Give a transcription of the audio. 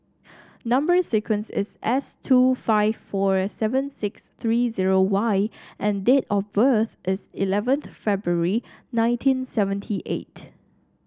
number sequence is S two five four seven six three zero Y and date of birth is eleventh February nineteen seventy eight